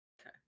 Okay